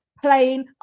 Plain